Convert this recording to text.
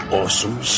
awesome